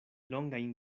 longajn